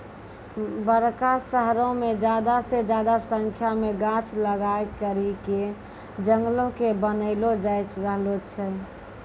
बड़का शहरो मे ज्यादा से ज्यादा संख्या मे गाछ लगाय करि के जंगलो के बनैलो जाय रहलो छै